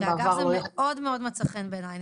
זה מאוד מצא חן בעיניי,